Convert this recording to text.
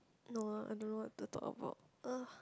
no I don't know what to talk about uh